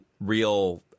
real